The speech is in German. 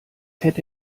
hätte